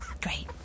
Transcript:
Great